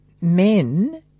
men